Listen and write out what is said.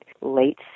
late